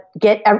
get